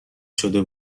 شده